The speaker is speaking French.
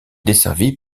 desservie